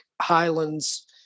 Highlands